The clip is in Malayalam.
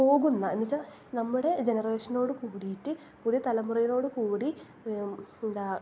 പോകുന്ന എന്ന് വെച്ചാൽ നമ്മുടെ ജനറേഷനോട് കുടിയിട്ട് പുതു തലമുറയോട് കൂടി എന്താ